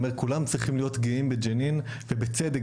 אומר כולם צריכים להיות גאים בג'נין ובצדק,